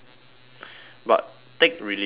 but take religion aside